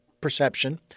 perception